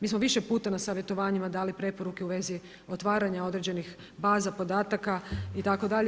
Mi smo više puta na savjetovanjima dali preporuke u vezi otvaranja određenih baza podataka itd.